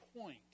point